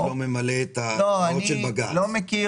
לא מכיר